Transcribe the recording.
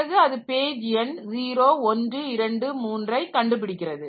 பிறகு அது பேஜ் எண் 0123 யை கண்டுபிடிக்கிறது